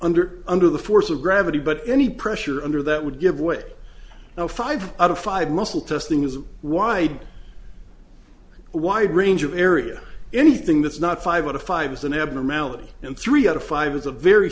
under under the force of gravity but any pressure under that would give way now five out of five muscle testing is a wide wide range of area anything that's not five out of five is an abnormality and three out of five is a very